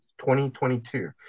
2022